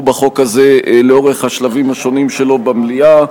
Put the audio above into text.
בחוק הזה לאורך השלבים השונים שלו במליאה.